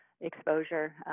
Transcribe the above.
exposure